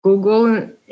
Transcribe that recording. Google